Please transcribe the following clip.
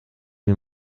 mir